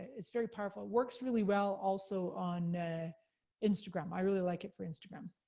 it's very powerful. works really well also on instagram. i really like it for instagram.